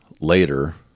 later